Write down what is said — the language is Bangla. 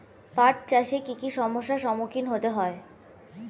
পাঠ চাষে কী কী সমস্যার সম্মুখীন হতে হয়?